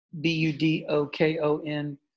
b-u-d-o-k-o-n